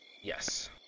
yes